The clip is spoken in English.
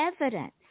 evidence